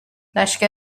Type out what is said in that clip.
لشکر